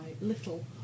Little